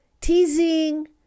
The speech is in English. teasing